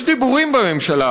יש דיבורים בממשלה,